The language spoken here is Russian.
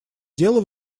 дело